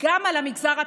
גם על המגזר הפרטי.